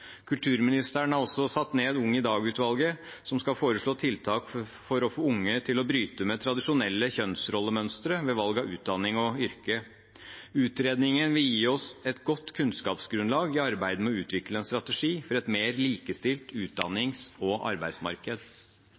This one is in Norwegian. Kulturministeren har også satt ned UngIDag-utvalget, som skal foreslå tiltak for å få unge til å bryte med tradisjonelle kjønnsrollemønstre ved valg av utdanning og yrke. Utredningen vil gi oss et godt kunnskapsgrunnlag i arbeidet med å utvikle en strategi for et mer likestilt utdannings- og arbeidsmarked.